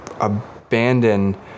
abandon